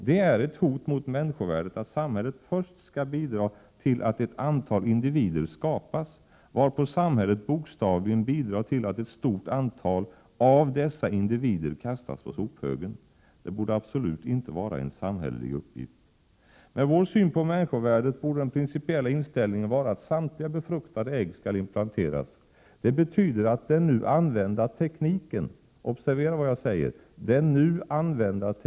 Det är ett hot mot människovärdet att samhället först skall bidra till att ett antal individer skapas, varpå samhället bokstavligen bidrar till att ett stort antal av dessa individer kastas på sophögen. Det borde absolut inte vara en samhällelig uppgift. Med vår syn på människovärdet borde den principiella inställningen vara att samtliga befruktade ägg skall implanteras. Det betyder att den nu använda tekniken — observera vad jag säger: den nu använda tekniken — med 51 Prot.